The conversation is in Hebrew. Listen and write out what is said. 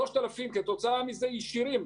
3,000 כתוצאה מזה ישירים,